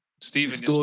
Stephen